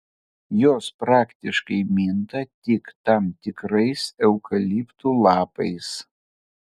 jos praktiškai minta tik tam tikrais eukaliptų lapais